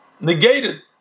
negated